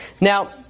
Now